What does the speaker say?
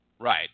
Right